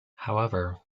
however